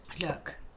look